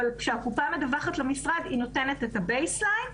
אבל כשהקופה מדווחת למשרד היא נותנת את הבייסליין,